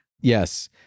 Yes